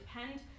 depend